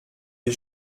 les